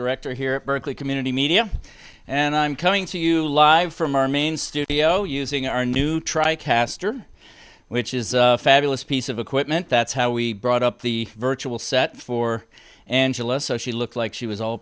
director here at berkeley community media and i'm coming to you live from our main studio using our new tri caster which is a fabulous piece of equipment that's how we brought up the virtual set for angela so she looked like she was all